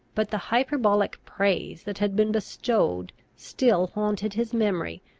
but the hyperbolical praise that had been bestowed still haunted his memory,